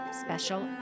Special